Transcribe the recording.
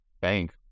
bank